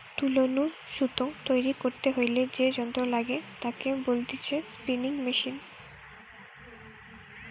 তুলো নু সুতো তৈরী করতে হইলে যে যন্ত্র লাগে তাকে বলতিছে স্পিনিং মেশিন